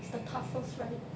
is the toughest right